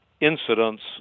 incidents